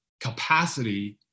capacity